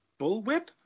bullwhip